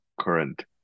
current